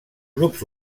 grups